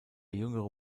jüngere